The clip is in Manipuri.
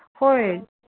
ꯍꯣꯏ